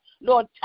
Lord